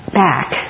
back